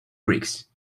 bricks